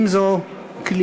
אם זו כליאה.